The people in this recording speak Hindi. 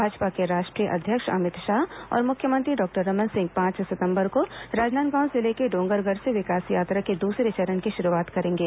भाजपा के राष्ट्रीय अध्यक्ष अमित शाह और मुख्यमंत्री डॉक्टर रमन सिंह पांच सितंबर को राजनांदगांव जिले के डोंगरगढ़ से विकास यात्रा के दूसरे चरण की शुरूआत करेंगे